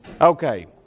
Okay